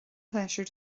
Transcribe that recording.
pléisiúr